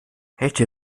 hätte